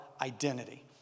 identity